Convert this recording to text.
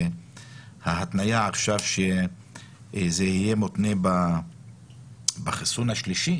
וההתניה עכשיו שזה יהיה מותנה בחיסון השלישי